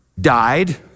died